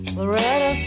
Loretta